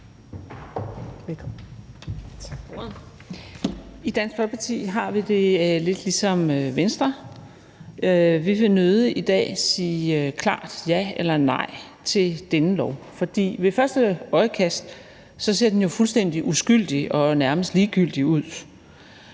I Dansk Folkeparti har vi det lidt ligesom Venstre, at vi nødig i dag klart vil sige ja eller nej til dette lovforslag. Ved første øjekast ser det jo fuldstændig uskyldigt og nærmest ligegyldigt ud,